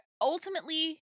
ultimately